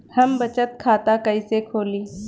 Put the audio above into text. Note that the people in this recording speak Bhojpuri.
हम बचत खाता कइसे खोलीं?